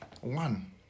one